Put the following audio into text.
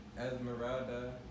Esmeralda